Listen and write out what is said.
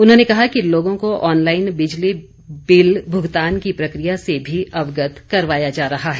उन्होंने कहा कि लोगों को ऑनलाईन बिजली बिल भुगतान की प्रक्रिया से भी अवगत करवाया जा रहा है